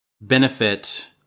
benefit